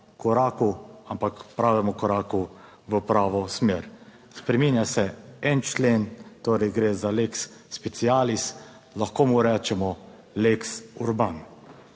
koraku, ampak pravemu koraku v pravo smer. Spreminja se en člen, torej gre za lex specialis, lahko mu rečemo lex Urban.